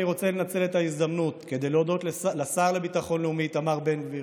אני רוצה לנצל את ההזדמנות כדי להודות לשר לביטחון לאומי איתמר בן גביר,